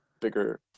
bigger